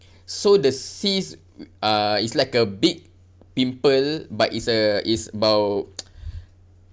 so the cyst uh it's like a big pimple but it's a is about